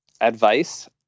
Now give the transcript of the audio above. advice